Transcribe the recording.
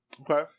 Okay